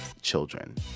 children